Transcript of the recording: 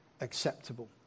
acceptable